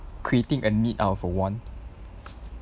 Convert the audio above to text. creating a need out of a want